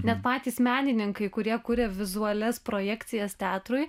net patys menininkai kurie kuria vizualias projekcijas teatrui